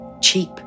cheap